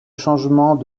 changement